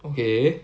okay